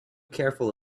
careful